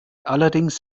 allerdings